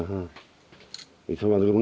हां इसदा मतलब